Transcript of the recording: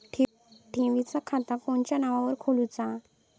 ठेवीचा खाता कोणाच्या नावार खोलूचा?